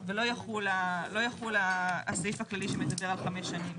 ולא יחול הסעיף הכללי שמדבר על חמש שנים